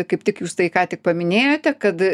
kaip tik jūs tai ką tik paminėjote kad